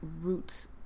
roots